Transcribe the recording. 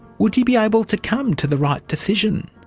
would you be able to come to the right decision?